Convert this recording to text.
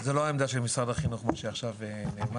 זה לא העמדה של משרד החינוך, כמו שעכשיו נאמר.